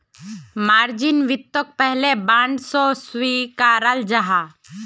margin वित्तोक पहले bond सा स्विकाराल जाहा